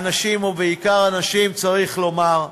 האנשים, ובעיקר הנשים, צריך לומר,